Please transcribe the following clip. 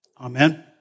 Amen